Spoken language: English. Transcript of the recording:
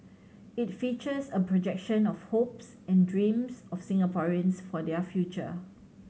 it features a projection of hopes and dreams of Singaporeans for their future